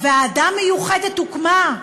ועדה מיוחדת הוקמה,